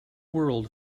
world